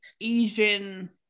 asian